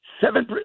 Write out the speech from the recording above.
seven